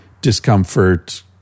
discomfort